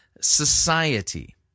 society